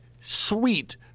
sweet